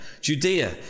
Judea